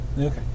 Okay